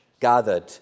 gathered